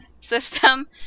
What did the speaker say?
system